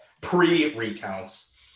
pre-recounts